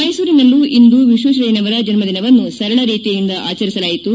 ಮೈಸೂರಿನಲ್ಲೂ ಇಂದು ವಿಶ್ವೇಶ್ವರಯ್ಥನವರ ಜನ್ದದಿನವನ್ನು ಸರಳ ರೀತಿಯಿಂದ ಆಚರಿಸಲಾಯಿತು